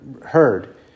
heard